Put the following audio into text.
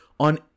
On